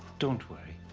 don't worry.